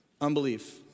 unbelief